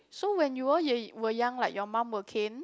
so when you all were young like your mum will cane